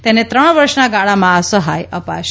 તેને ત્રણ વર્ષના ગાળામાં આ સહાય અપાશે